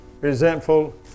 resentful